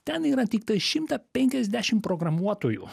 ten yra tiktai šimtą penkiasdešim programuotojų